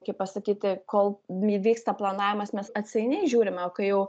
kaip pasakyti kol įvyksta planavimas mes atsainiai žiūrime o kai jau